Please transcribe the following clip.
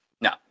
No